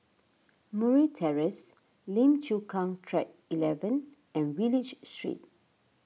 Murray Terrace Lim Chu Kang Track eleven and Wallich Street